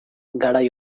garai